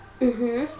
mmhmm